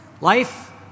Life